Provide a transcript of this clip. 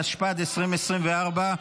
התשפ"ד 2024,